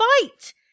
fight